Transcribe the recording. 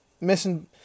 missing